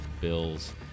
Bill's